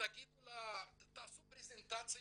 תעשו פרזנטציות,